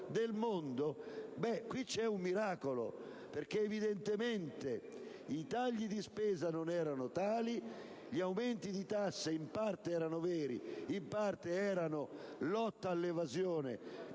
del mondo, si tratta di un miracolo. È evidente allora che i tagli di spesa non erano tali e gli aumenti di tasse in parte erano veri, in parte erano lotta all'evasione,